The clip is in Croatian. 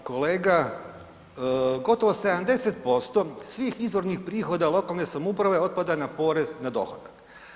Da, kolega gotovo 70% svih izvornih prihoda lokalne samouprave otpada na porez na dohodak.